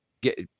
get